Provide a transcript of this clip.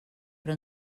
però